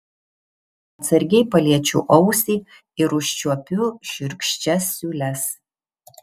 atsargiai paliečiu ausį ir užčiuopiu šiurkščias siūles